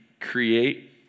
create